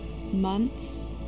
months